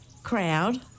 Crowd